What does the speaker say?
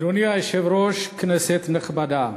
אדוני היושב-ראש, כנסת נכבדה,